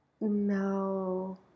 No